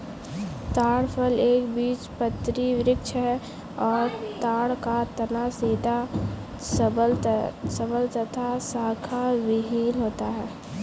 ताड़ फल एक बीजपत्री वृक्ष है और ताड़ का तना सीधा सबल तथा शाखाविहिन होता है